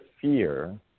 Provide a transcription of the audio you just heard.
fear